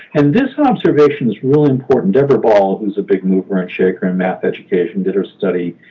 and this observation is real important. deborah ball, who is a big mover and shaker in math education, did her study